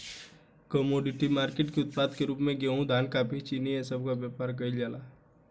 commodity market के उत्पाद के रूप में गेहूं धान कॉफी चीनी ए सब के व्यापार केइल जाला